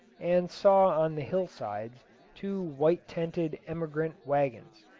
and saw on the hill-sides two white-tented emigrant wagons,